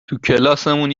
توکلاسمون